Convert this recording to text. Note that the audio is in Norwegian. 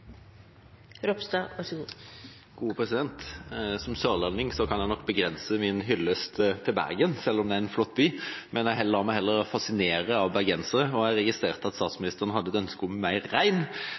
Som sørlending kan jeg nok begrense min hyllest til Bergen, selv om det er en flott by. Jeg lar meg heller fascinere av bergensere og registrerte at